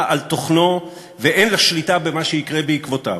על תוכנו ואין לה שום השפעה על מה שיקרה בעקבותיו,